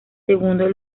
segundo